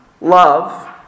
love